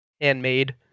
handmade